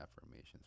Affirmations